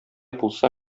булса